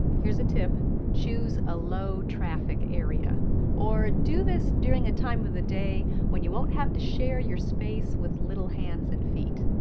here's a tip choose a low traffic area or do this during a time of the day when you won't have to share that space with little hands and feet.